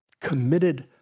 committed